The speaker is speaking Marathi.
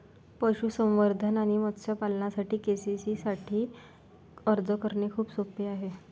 पशुसंवर्धन आणि मत्स्य पालनासाठी के.सी.सी साठी अर्ज करणे खूप सोपे आहे